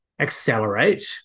accelerate